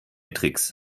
tricks